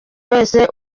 wese